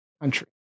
country